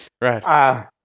Right